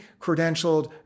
credentialed